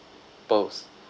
pearls